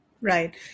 Right